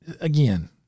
again